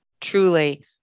truly